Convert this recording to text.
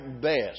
best